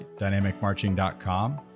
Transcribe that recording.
dynamicmarching.com